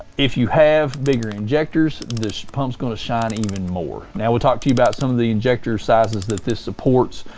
if you have bigger injectors, this pump's going to shine even more. now we'll talk to you about some of the injectors sizes that this supports.